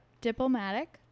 Diplomatic